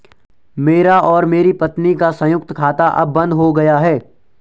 मेरा और मेरी पत्नी का संयुक्त खाता अब बंद हो गया है